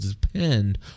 depend